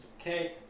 okay